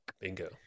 Bingo